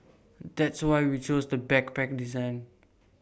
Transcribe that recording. that's why we chose the backpack design